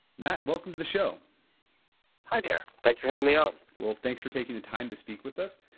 matt, welcome to the show hey there, thanks for having me on well thanks for taking the time to speak with us.